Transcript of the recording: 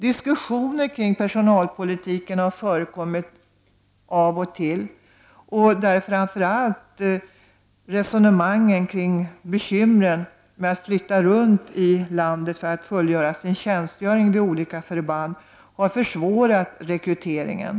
Diskussioner kring personalpolitiken har förekommit av och till. Det är framför allt resonemang kring de bekymmer som uppstår med att flytta runt i landet för att fullgöra sin tjänstgöring vid olika förband. Detta har försvårat rekryteringen.